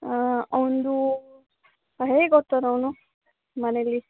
ಅವನದು ಹೇಗೆ ಓದ್ತಾನವನು ಮನೆಯಲ್ಲಿ